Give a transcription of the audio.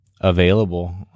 available